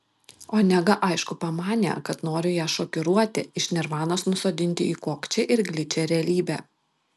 onega aišku pamanė kad noriu ją šokiruoti iš nirvanos nusodinti į kokčią ir gličią realybę